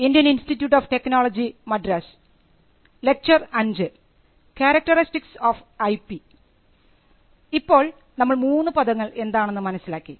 ഇപ്പോൾ നമ്മൾ മൂന്ന് പദങ്ങൾ എന്താണെന്ന് മനസ്സിലാക്കി